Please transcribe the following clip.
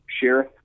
Sheriff